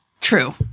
True